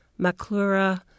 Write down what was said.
Maclura